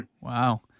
Wow